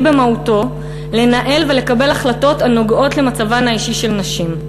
במהותו לנהל ולקבל החלטות הנוגעות למצבן האישי של נשים.